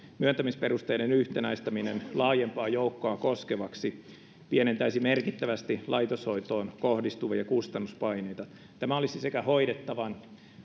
myöntämisperusteiden yhtenäistäminen laajempaa joukkoa koskevaksi pienentäisi merkittävästi laitoshoitoon kohdistuvia kustannuspaineita tämä olisi sekä hoidettavan